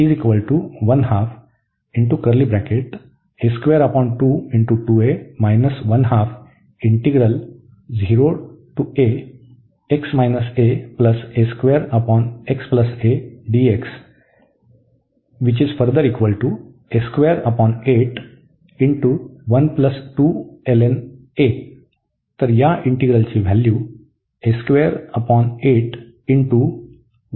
तर या इंटीग्रलची व्हॅल्यू असेल